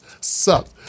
sucked